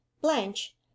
blanche